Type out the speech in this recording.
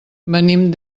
venim